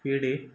पेढे